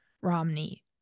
Romney